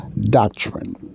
doctrine